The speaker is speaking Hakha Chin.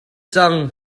cang